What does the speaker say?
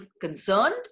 concerned